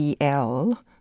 EL